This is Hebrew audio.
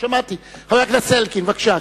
חבר הכנסת אלקין, בבקשה.